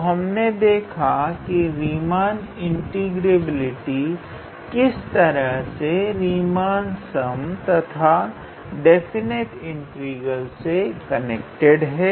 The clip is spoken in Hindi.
तो हमने देखा की रीमान इंटीग्रेबिलिटी किस तरह से रिमानन सम तथा डेफिनेट इंटीग्रल से कनेक्टेड है